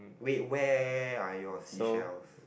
wait where are your seashells